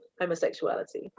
homosexuality